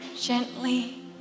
gently